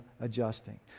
adjusting